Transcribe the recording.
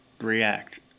react